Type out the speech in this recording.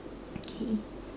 okay